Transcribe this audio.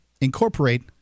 Incorporate